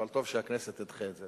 אבל טוב שהכנסת תדחה את זה.